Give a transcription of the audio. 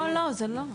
יש,